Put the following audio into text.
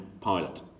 pilot